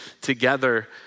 together